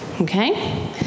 Okay